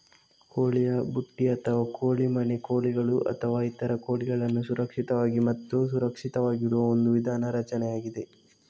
ಕೋಳಿಯ ಬುಟ್ಟಿ ಅಥವಾ ಕೋಳಿ ಮನೆ ಕೋಳಿಗಳು ಅಥವಾ ಇತರ ಕೋಳಿಗಳನ್ನು ಸುರಕ್ಷಿತವಾಗಿ ಮತ್ತು ಸುರಕ್ಷಿತವಾಗಿಡುವ ಒಂದು ರಚನೆಯಾಗಿದೆ